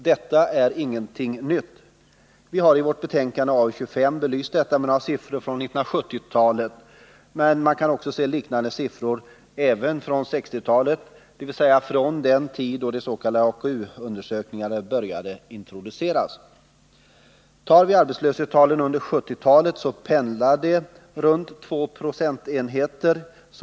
Detta är inget nytt. Vi har i arbetsmarknadsutskottets betänkande nr 25 belyst detta med några siffror från 1970-talet, men man kan också se liknande siffror från 1960-talet, dvs. från den tid då de s.k. AKU-undersökningarna introducerades. Arbetslösheten under 1970-talet har genomsnittligt pendlat kring 2 procentenheter.